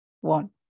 one